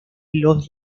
los